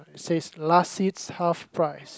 says last seeds half price